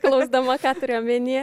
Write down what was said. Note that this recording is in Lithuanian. klausdama ką turi omenyje